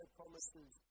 promises